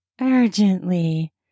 urgently